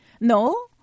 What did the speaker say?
No